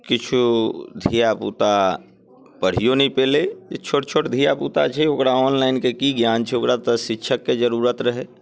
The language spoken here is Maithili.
किछु धियापुता पढ़ियो नहि पेलै छोट छोट धियापुता छै ओकरा ऑनलाइनके की ज्ञान छै ओकरा तऽ शिक्षकके जरूरत रहै